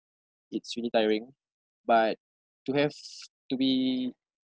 it's really tiring but to have to be